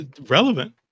Relevant